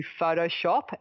Photoshop